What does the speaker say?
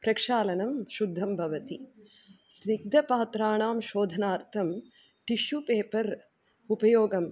प्रक्षालनं शुद्धं भवति स्निग्धपात्राणां शोधनार्थं टिश्यू पेपर् उपयोगः